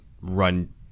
run